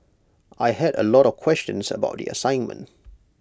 I had A lot of questions about the assignment